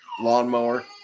lawnmower